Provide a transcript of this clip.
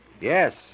Yes